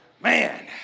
Man